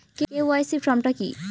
KYC form টা কি?